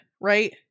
right